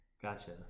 Gotcha